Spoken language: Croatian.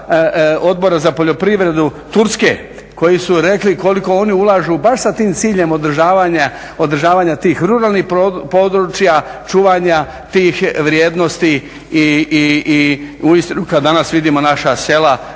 Odbora za poljoprivredu Turske koji su rekli koliko oni ulažu baš sa tim ciljem održavanja tih ruralnih područja čuvanja tih vrijednosti i uistinu kada danas vidimo naša sela